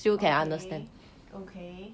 okay okay